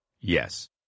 yes